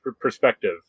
perspective